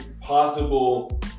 possible